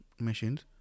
machines